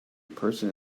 person